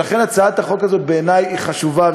ולכן הצעת החוק הזאת היא חשובה בעיני.